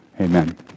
amen